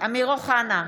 אמיר אוחנה,